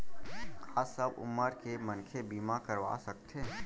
का सब उमर के मनखे बीमा करवा सकथे?